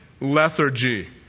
lethargy